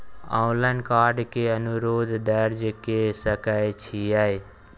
Online card के अनुरोध दर्ज के सकै छियै?